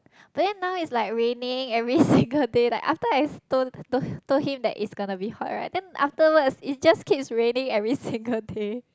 then now is like raining every single day like after I told told told him that it's gonna be hot right then afterwards it just keeps raining every single day